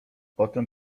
potem